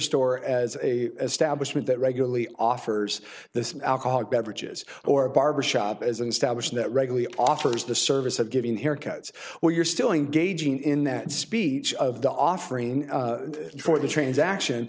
store as a stablished that regularly offers the alcoholic beverages or barbershop as an established that regularly offers the service of giving haircuts where you're still engaging in that speech of the offering and for the transaction